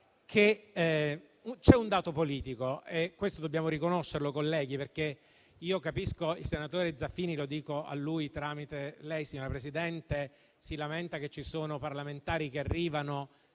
c'è un dato politico e dobbiamo riconoscerlo, colleghi. Capisco il senatore Zaffini - lo dico a lui tramite lei, signora Presidente - che si lamenta perché ci sono parlamentari che arrivano,